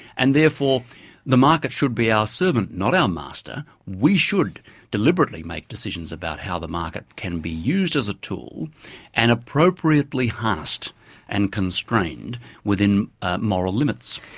and therefore the market should be our servant not our master. we should deliberately make decisions about how the market can be used as a tool and appropriately harnessed and constrained within ah moral limits.